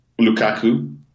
Lukaku